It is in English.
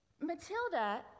Matilda